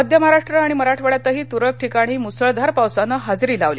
मध्य महाराष्ट्र आणि मराठवाङ्यातही तुरळक ठिकाणी मुसळधार पावसाने इजेरी लावली